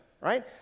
Right